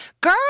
Girl